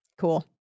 Cool